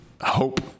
hope